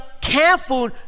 careful